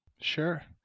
Sure